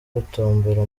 gutombora